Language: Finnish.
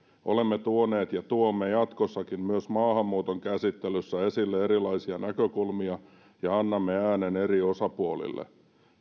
olemme tuoneet ja tuomme jatkossakin myös maahanmuuton käsittelyssä esille erilaisia näkökulmia ja annamme äänen eri osapuolille